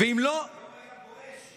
היום היה בואש.